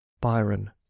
Byron